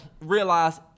realize